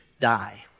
die